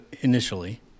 initially